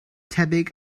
tebyg